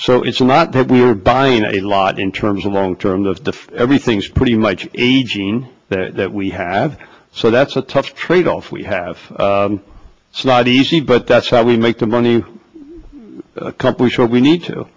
so it's not that we're buying a lot in terms of long term the everything's pretty much a gene that we have so that's a tough trade off we have not easy but that's how we make the money accomplish what we need